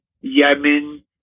Yemen